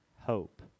hope